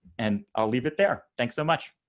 and i'll leave it there. thanks so much.